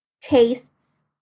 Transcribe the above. tastes